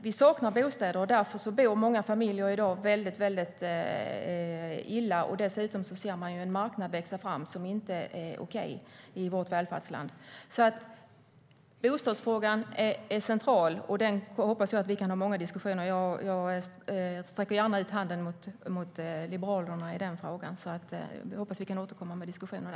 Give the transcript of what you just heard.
Vi saknar bostäder, och därför bor många familjer i dag väldigt illa. Dessutom ser man en marknad växa fram som inte är okej i vårt välfärdsland. Bostadsfrågan är alltså central, och jag hoppas att vi kan ha många diskussioner om den. Jag sträcker gärna ut handen till liberalerna i den frågan. Jag hoppas att vi kan återkomma till diskussionerna.